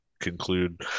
conclude